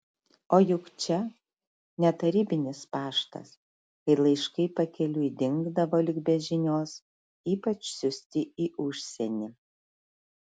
o juk čia ne tarybinis paštas kai laiškai pakeliui dingdavo lyg be žinios ypač siųsti į užsienį